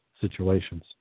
situations